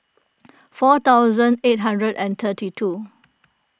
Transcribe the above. four thousand eight hundred and thirty two